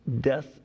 death